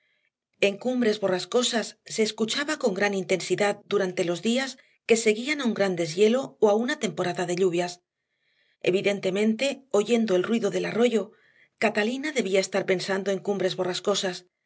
del arroyo en cumbres borrascosas se escuchaba con gran intensidad durante los días que seguían a un gran deshielo o a una temporada de lluvias evidentemente oyendo el ruido del arroyo catalina debía estar pensando en cumbres